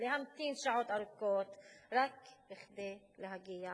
להמתין שעות ארוכות רק כדי להגיע לעבודה.